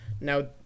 Now